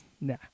Nah